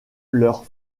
leur